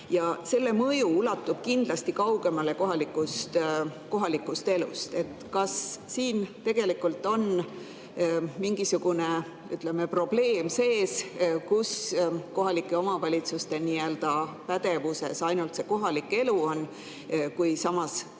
Selle mõju ulatub kindlasti kaugemale kohalikust elust. Kas siin tegelikult on mingisugune probleem sees, kui kohalike omavalitsuste pädevuses on ainult kohalik elu, samas